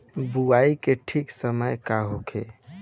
बुआई के ठीक समय का होखे?